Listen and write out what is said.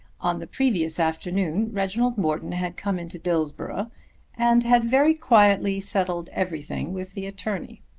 on the previous afternoon reginald morton had come into dillsborough and had very quietly settled everything with the attorney.